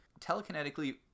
telekinetically